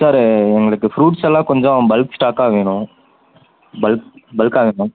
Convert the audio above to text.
sir எங்களுக்கு fruits எல்லாம் கொஞ்சம் பல்க் ஸ்டாக்காக வேணும் பல்க் பல்க்காக வேணும்